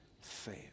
fail